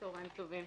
בסדר.